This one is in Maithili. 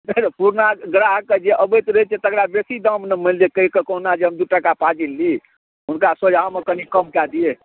पुरना गाहकके जे अबैत रहै छै तकरा बेसी दाम नहि मानि लिअऽ कहिके कहुना जे दू टका फाजिल ली हुनका सोझाँमे कनि कम कऽ दिए